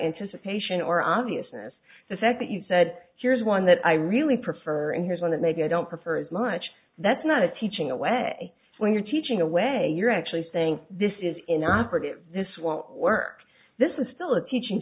anticipation or obviousness the fact that you said here's one that i really prefer and here's one that maybe i don't prefer as much that's not a teaching a way when you're teaching a way you're actually saying this is inoperative this won't work this is still a teaching